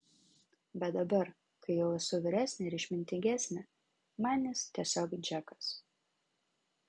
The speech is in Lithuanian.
bet dabar kai jau esu vyresnė ir išmintingesnė man jis tiesiog džekas